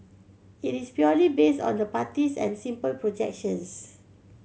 it is purely based on the parties and simple projections